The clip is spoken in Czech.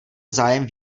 zájem